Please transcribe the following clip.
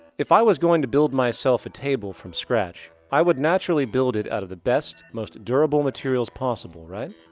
if i was going to build myself a table from scratch i would naturally build it out of the best most durable materials possible, right?